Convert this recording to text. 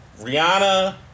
Rihanna